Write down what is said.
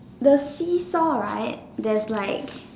the seesaw right there's like